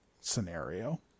scenario